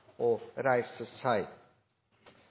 og reiser